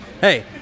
Hey